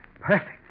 Perfect